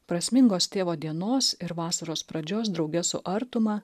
prasmingos tėvo dienos ir vasaros pradžios drauge su artuma